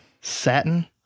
satin